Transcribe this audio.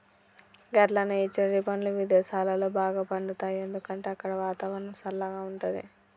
గట్లనే ఈ చెర్రి పండ్లు విదేసాలలో బాగా పండుతాయి ఎందుకంటే అక్కడ వాతావరణం సల్లగా ఉంటది